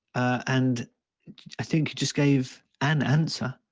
and i think you just gave an answer,